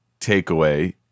takeaway